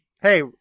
Hey